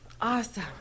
awesome